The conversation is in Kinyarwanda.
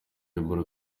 ebola